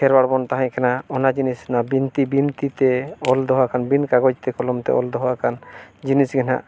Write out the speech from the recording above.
ᱠᱷᱮᱨᱣᱟᱞ ᱵᱚᱱ ᱛᱟᱦᱮᱸ ᱠᱟᱱᱟ ᱚᱱᱟ ᱡᱤᱱᱤᱥ ᱱᱚᱣᱟ ᱵᱤᱱᱛᱤ ᱵᱤᱱᱛᱤ ᱛᱮ ᱚᱞ ᱫᱚᱦᱚ ᱟᱠᱟᱱ ᱵᱤᱱ ᱠᱟᱜᱚᱡᱽ ᱛᱮ ᱠᱚᱞᱚᱢ ᱛᱮ ᱚᱞ ᱫᱚᱦᱚ ᱟᱠᱟᱱ ᱡᱤᱱᱤᱥᱜᱮ ᱦᱟᱸᱜ